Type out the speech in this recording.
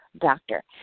doctor